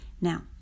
Now